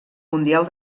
mundial